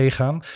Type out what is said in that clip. gaan